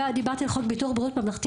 דיברתי על חוק ביטוח בריאות ממלכתי,